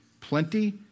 plenty